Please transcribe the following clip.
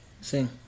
Sing